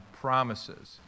promises